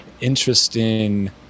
Interesting